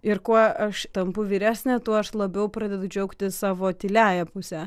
ir kuo aš tampu vyresnė tuo aš labiau pradedu džiaugtis savo tyliąja pusę